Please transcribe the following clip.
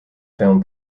film